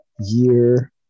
year